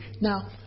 Now